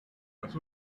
las